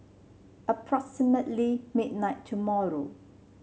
approximately midnight tomorrow